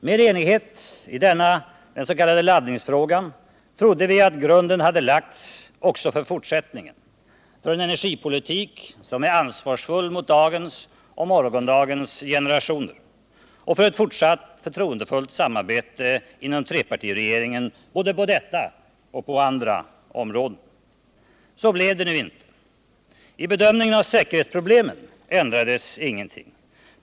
Med enighet i denna s.k. laddningsfråga trodde vi att grunden hade lagts också för fortsättningen, för en energipolitik som är ansvarsfull mot dagens och morgondagens generationer och för ett fortsatt förtroendefullt samarbete inom trepartiregeringen både på detta och på andra områden. Så blev det nu inte. I bedömningen av säkerhetsproblemen ändrades ingenting.